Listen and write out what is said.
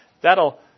that'll